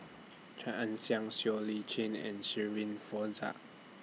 Chia Ann Siang Siow Lee Chin and Shirin Fozdar